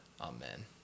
Amen